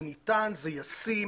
זה ניתן, זה ישים,